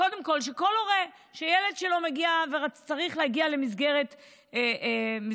קודם כול שכל הורה שהילד שלו צריך להגיע למסגרת חינוכית